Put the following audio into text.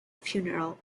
funeral